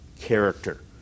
character